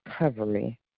recovery